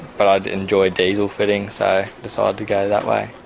but i enjoy diesel fitting so decided to go that way.